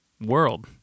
world